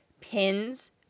pins